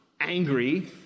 angry